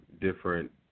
different